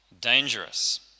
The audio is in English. dangerous